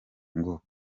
ngo